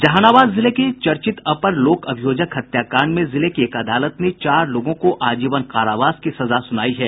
जहानाबाद जिले के चर्चित अपर लोक अभियोजक हत्याकांड में जिले की एक अदालत ने चार लोगों को आजीवन कारावास की सजा सुनायी है